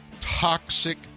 Toxic